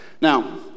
Now